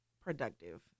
productive